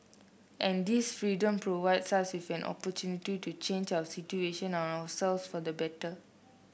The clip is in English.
and this freedom provides us with an opportunity to change our situation and ourself for the better